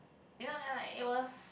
you know and like it was